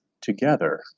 together